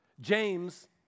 James